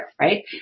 Right